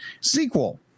Sequel